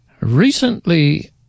Recently